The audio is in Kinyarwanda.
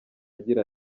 agira